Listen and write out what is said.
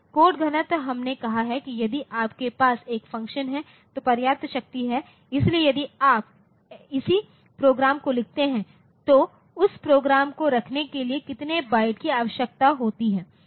code घनत्व हमने कहा है कि यदि आपके पास एक फ़ंक्शन है तो पर्याप्त शक्ति है इसलिए यदि आप इसी प्रोग्राम को लिखते हैं तो उस प्रोग्राम को रखने के लिए कितने बाइट की आवश्यकता होती है